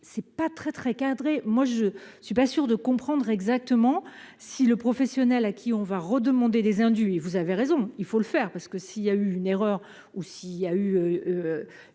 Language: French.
c'est pas très très cadré, moi je suis pas sûr de comprendre exactement si le professionnel à qui on va redemander des indus et vous avez raison, il faut le faire, parce que si il y a eu une erreur ou s'il y a eu